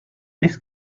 this